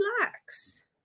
relax